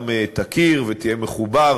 גם תכיר ותהיה מחובר